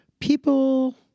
people